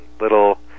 little